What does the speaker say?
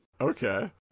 Okay